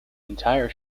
entire